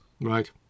right